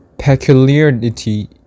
Peculiarity